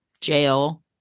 jail